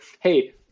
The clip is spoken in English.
Hey